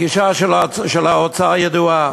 הגישה של האוצר ידועה.